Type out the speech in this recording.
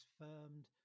firmed